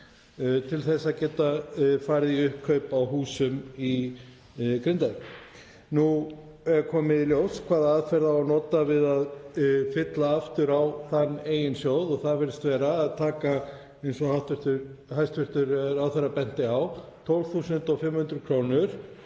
til að geta farið í uppkaup á húsum í Grindavík. Nú er komið í ljós hvaða aðferð á að nota við að fylla aftur á eigin sjóð og það virðist vera að taka, eins og hæstv. ráðherra benti á, 12.500 kr.